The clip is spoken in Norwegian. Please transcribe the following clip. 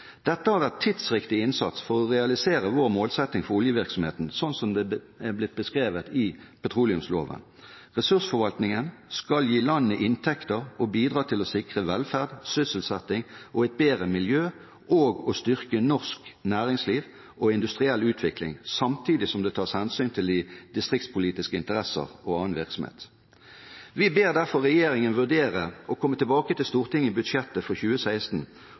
Dette har vært tidsriktig innsats for å realisere vår målsetting for oljevirksomheten, sånn som det er blitt beskrevet i petroleumsloven. Ressursforvaltningen skal gi landet inntekter og bidra til å sikre velferd, sysselsetting og et bedre miljø og styrke norsk næringsliv og industriell utvikling samtidig som det tas hensyn til de distriktspolitiske interesser og annen virksomhet. Vi ber derfor regjeringen vurdere, og komme tilbake til Stortinget i budsjettet for 2016,